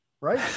right